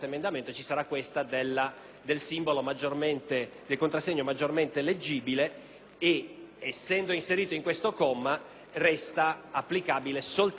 che, essendo inserita in questo comma, resta applicabile soltanto alle consultazioni di quest'anno.